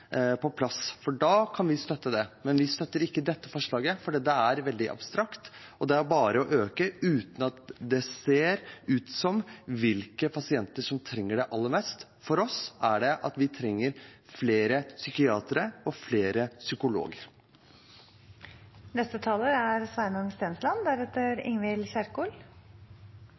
på plass, for da kan vi støtte det. Men vi støtter ikke dette forslaget, for det er veldig abstrakt. Det er bare å øke uten at man ser hvilke pasienter som trenger det aller mest. For oss gjelder det at vi trenger flere psykiatere og flere psykologer. Jeg er